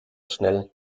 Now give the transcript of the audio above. schnell